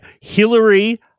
Hillary